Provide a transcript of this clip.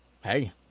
hey